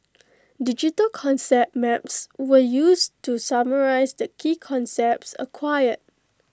digital concept maps were used to summarise the key concepts acquired